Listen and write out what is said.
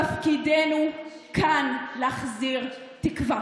תפקידנו כאן להחזיר תקווה.